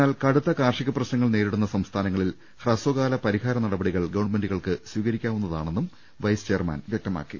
എന്നാൽ കടുത്ത കാർഷിക പ്രശ്നങ്ങൾ നേരിടുന്ന സംസ്ഥാനങ്ങളിൽ ഹ്രസ്വകാല പരിഹാര നടപടികൾ ഗവൺമെന്റുകൾക്ക് സ്വീകരിക്കാവുന്നതാണെന്നും വൈസ് ചെയർമാൻ വ്യക്താക്കി